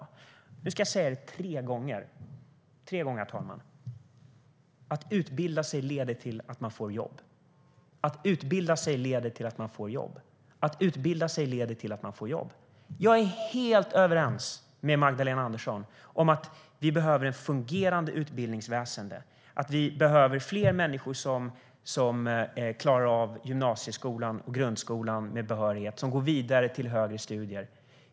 Jag ska säga följande tre gånger, herr talman. Att utbilda sig leder till att man får jobb. Att utbilda sig leder till att man får jobb. Att utbilda sig leder till att man får jobb. Jag är helt överens med Magdalena Andersson om att det behövs ett fungerande utbildningsväsen, att det behövs fler människor som klarar gymnasieskolan och grundskolan med behörighet och som går vidare till högre studier.